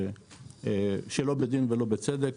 שלא בדין ולא בצדק.